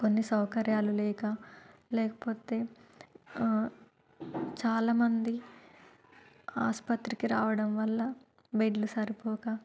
కొన్ని సౌకర్యాలు లేక లేకపోతే చాలామంది ఆసుపత్రికి రావడం వల్ల బెడ్లు సరిపోక